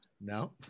No